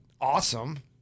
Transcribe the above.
awesome